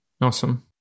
Awesome